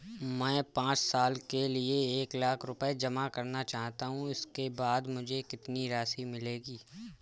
मैं पाँच साल के लिए एक लाख रूपए जमा करना चाहता हूँ इसके बाद मुझे कितनी राशि मिलेगी?